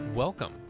Welcome